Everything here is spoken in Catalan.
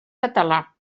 català